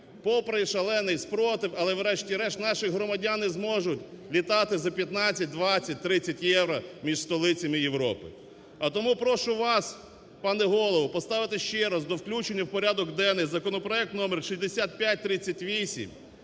Попри шалений супротив, але врешті-решт наші громадяни зможуть літати за 15, 20, 30 євро між столицями Європи. А тому прошу вас, пане Голово, поставити ще раз до включення в порядок денний законопроект номер 6538,